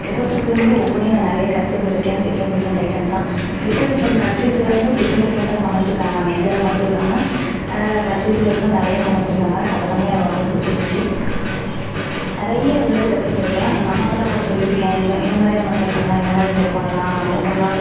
ஒவ்வொருத்தர்கிட்டேருந்து ஒவ்வொன்றையும் நான் நிறைய கத்திருந்திருக்கேன் டிஃப்ரெண்ட் டிஃப்ரெண்ட் ஐட்டம்ஸாக டிஃப்ரெண்ட் டிஃப்ரெண்ட் கண்ட்ரிஸ்லேருந்தும் டிஃப்ரெண்ட் டிஃப்ரெண்டாக சமைச்சிருக்காங்க நம்ம இந்தியாவில் மட்டும் இல்லாமல் வேறு வேறு கண்ட்ரிஸ்லேருந்தும் நிறைய சமைச்சிருக்காங்க அதெல்லாமே எனக்கு ரொம்ப பிடிச்சிருந்துச்சி நிறைய அதுலேருந்து கத்திருந்திருக்கேன் எங்கள் அம்மாகிட்டலாம் கூட சொல்லியிருக்கேன் இந்த இந்தமாதிரி நம்ம ட்ரை பண்ணலாம் இந்தமாதிரி ட்ரை பண்ணலாம் ஒவ்வொன்றா